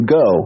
go